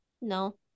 No